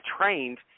trained